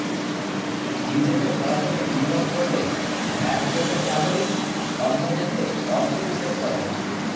বিদেশে সরাসরি বিনিয়োগ করলে এক দেশের নাগরিক অন্য দেশে অর্থ বিনিয়োগ করে